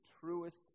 truest